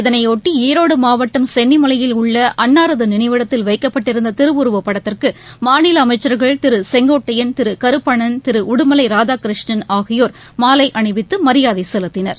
இதனைஒட்டிஈரோடுமாவட்டம் சென்னிமலையில் உள்ள அன்னாரதுநினைவிடத்தில் வைக்கப்பட்டிருந்ததிருவுருவப்படத்திற்குமாநிலஅமைச்சர்கள் திருகருப்பணன் திருஉடுமலைராதாகிருஷ்ணன் ஆகியோர் மாலைஅணிவித்துமரியாதைசெலுத்தினர்